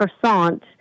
croissant